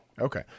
Okay